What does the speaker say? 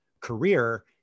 career